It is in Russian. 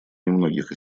немногих